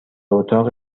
اتاق